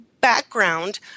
background